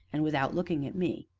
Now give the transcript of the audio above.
and without looking at me.